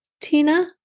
Tina